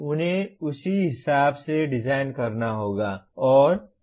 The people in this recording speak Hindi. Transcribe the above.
उन्हें उसी हिसाब से डिजाइन करना होगा